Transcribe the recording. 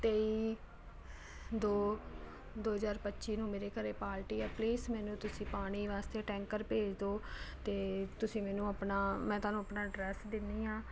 ਤੇਈ ਦੋ ਦੋ ਹਜ਼ਾਰ ਪੱਚੀ ਨੂੰ ਮੇਰੇ ਘਰ ਪਾਰਟੀ ਆ ਪਲੀਜ਼ ਮੈਨੂੰ ਤੁਸੀਂ ਪਾਣੀ ਵਾਸਤੇ ਟੈਂਕਰ ਭੇਜ ਦਓ ਅਤੇ ਤੁਸੀਂ ਮੈਨੂੰ ਆਪਣਾ ਮੈਂ ਤੁਹਾਨੂੰ ਆਪਣਾ ਡਰੈਸ ਦਿੰਦੀ ਹਾਂ